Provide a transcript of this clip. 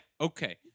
Okay